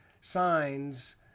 signs